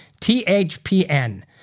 THPN